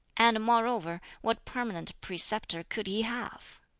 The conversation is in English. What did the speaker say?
and moreover what permanent preceptor could he have?